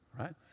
Right